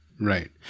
Right